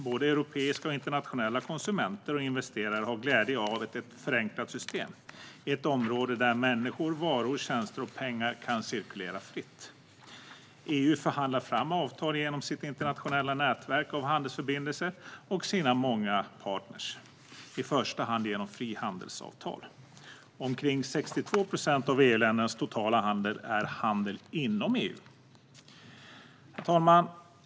Både europeiska och internationella konsumenter och investerare har glädje av ett förenklat system i ett område där människor, varor, tjänster och pengar kan cirkulera fritt. EU förhandlar fram avtal genom sitt internationella nätverk av handelsförbindelser och sina många partner, i första hand genom frihandelsavtal. Omkring 62 procent av EU-ländernas totala handel är handel inom EU. Herr talman!